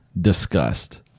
disgust